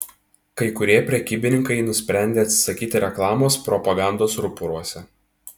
kai kurie prekybininkai nusprendė atsisakyti reklamos propagandos ruporuose